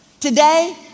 today